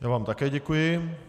Já vám také děkuji.